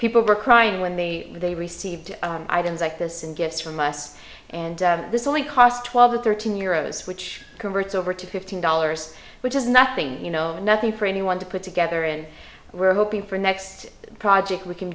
people were crying when they they received items like this and gifts from us and this only cost twelve or thirteen euro zone which converts over to fifteen dollars which is nothing you know nothing for anyone to put together and we're hoping for next project we can